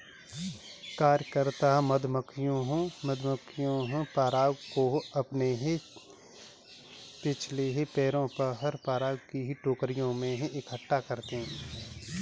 कार्यकर्ता मधुमक्खियां पराग को अपने पिछले पैरों पर पराग की टोकरियों में इकट्ठा करती हैं